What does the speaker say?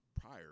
prior